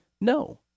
no